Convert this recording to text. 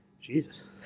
Jesus